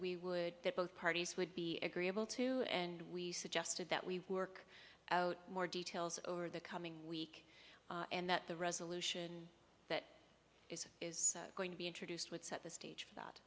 we would that both parties would be agreeable to and we suggested that we work out more details over the coming week and that the resolution that is going to be introduced would set the stage for that